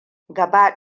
gaba